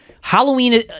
Halloween